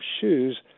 shoes